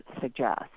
suggest